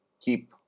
keep